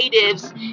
natives